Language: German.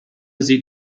sieht